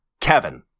Kevin